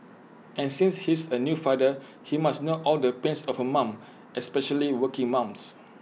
and since he's A new father he must know all the pains of A mum especially working mums